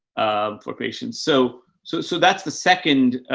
um, for patients. so, so, so that's the second,